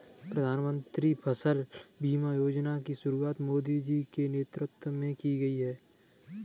प्रधानमंत्री फसल बीमा योजना की शुरुआत मोदी जी के नेतृत्व में की गई है